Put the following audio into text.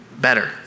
better